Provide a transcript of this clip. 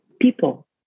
people